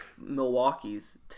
Milwaukee's